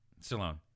Stallone